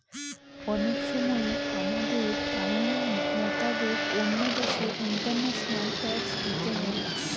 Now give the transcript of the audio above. অনেক সময় আমাদের আইন মোতাবেক অন্য দেশে ইন্টারন্যাশনাল ট্যাক্স দিতে হয়